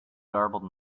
garbled